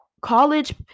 college